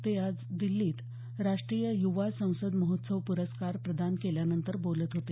ते आज दिल्लीत राष्ट्रीय युवा संसद महोत्सव पुरस्कार प्रदान केल्यानंतर बोलत होते